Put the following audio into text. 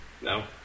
No